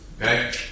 Okay